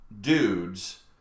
dudes